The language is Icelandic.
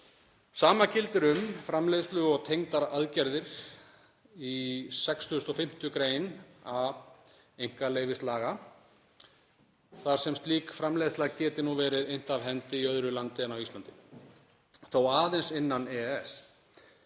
Sama gildi um framleiðslu og tengdar aðgerðir í 65. gr. a einkaleyfalaga, þar sem slík framleiðsla geti nú verið innt af hendi í öðru landi en Íslandi, þó aðeins innan EES.